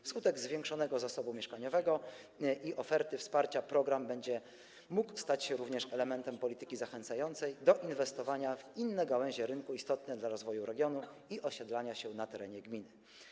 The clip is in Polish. Wskutek zwiększenia zasobu mieszkaniowego i oferty wsparcia program będzie mógł stać się również elementem polityki zachęcającej do inwestowania w inne gałęzie rynku istotne dla rozwoju regionu i osiedlania się na terenie gminy.